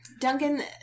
Duncan